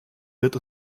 wird